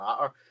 matter